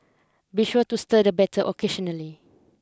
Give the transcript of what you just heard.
be sure to stir the batter occasionally